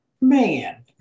man